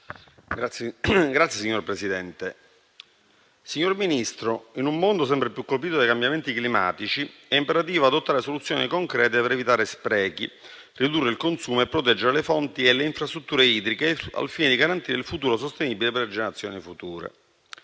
finestra") *(FdI)*. Signor Ministro, in un mondo sempre più colpito dai cambiamenti climatici, è imperativo adottare soluzioni concrete per evitare sprechi, ridurre il consumo e proteggere le fonti e le infrastrutture idriche al fine di garantire il futuro sostenibile per le generazioni future.